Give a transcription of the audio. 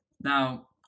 Now